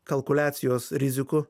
kalkuliacijos rizikų